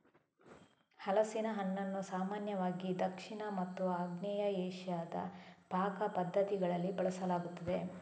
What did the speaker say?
ಹಲಸಿನ ಹಣ್ಣನ್ನು ಸಾಮಾನ್ಯವಾಗಿ ದಕ್ಷಿಣ ಮತ್ತು ಆಗ್ನೇಯ ಏಷ್ಯಾದ ಪಾಕ ಪದ್ಧತಿಗಳಲ್ಲಿ ಬಳಸಲಾಗುತ್ತದೆ